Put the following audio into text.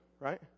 right